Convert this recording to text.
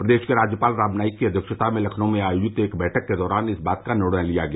प्रदेश के राज्यपाल राम नाईक की अध्यक्षता में लखनऊ में आयोजित एक बैठक के दौरान इस बात का निर्णय लिया गया